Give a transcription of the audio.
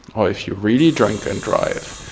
or if you really drink and drive,